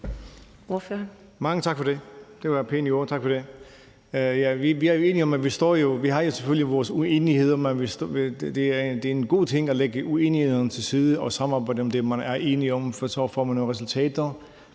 Mange tak for det. Det var pæne ord. Selvfølgelig har vi vores uenigheder, men det er en god ting at lægge uenighederne til side og samarbejde om det, man er enige om, for så får man nogle resultater.